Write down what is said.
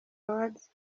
awards